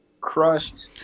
crushed